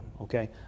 okay